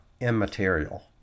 Immaterial